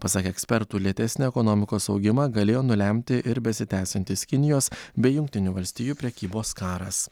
pasak ekspertų lėtesnį ekonomikos augimą galėjo nulemti ir besitęsiantis kinijos bei jungtinių valstijų prekybos karas